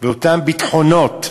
ולאותם ביטחונות,